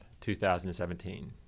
2017